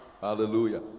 Hallelujah